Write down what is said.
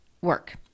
work